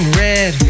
red